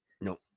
No